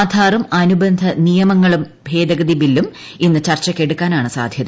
ആധാറും അനുബന്ധ നിയമങ്ങളും ഭേദഗതി ബില്ലും ഇന്ന് ചർച്ചയ്ക്കെടുക്കാനാണ് സാധ്യത